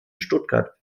stuttgart